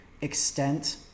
extent